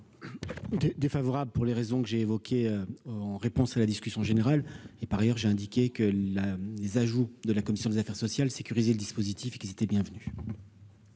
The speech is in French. Défavorable pour les raisons que j'ai évoquées en réponse à la discussion générale et par ailleurs j'ai indiqué que la les ajouts de la commission des affaires sociales, sécuriser le dispositif qui était bienvenue.